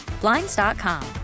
Blinds.com